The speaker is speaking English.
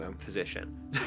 position